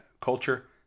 culture